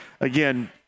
Again